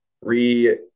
re